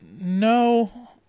No